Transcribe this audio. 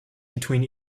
between